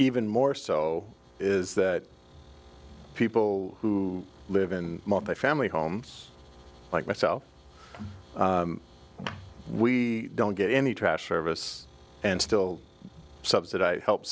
even more so is that people who live in a family home like myself we don't get any trash service and still subsidise help